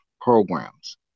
programs